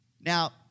Now